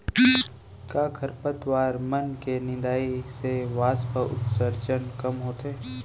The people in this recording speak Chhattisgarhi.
का खरपतवार मन के निंदाई से वाष्पोत्सर्जन कम होथे?